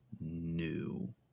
new